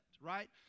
right